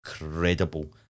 incredible